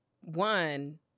one